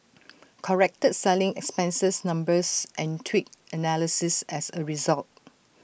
corrected selling expenses numbers and tweaked analyses as A result